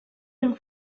and